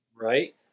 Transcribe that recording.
right